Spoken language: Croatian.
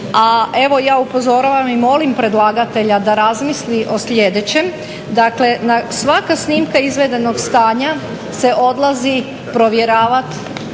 A evo ja upozoravam i molim predlagatelja da razmisli o sljedećem, dakle svaka snimka izvedenog stanja se odlazi provjeravati